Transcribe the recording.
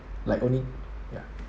like only ya